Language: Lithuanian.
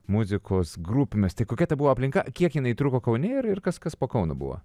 muzikos grupėmis tai kokia ta buvo aplinka kiek jinai truko kaune ir ir kas kas po kauno buvo